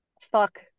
fuck